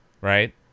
right